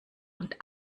und